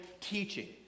teaching